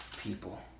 people